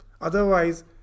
Otherwise